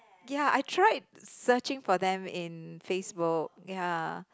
ya I tried searching for them in Facebook ya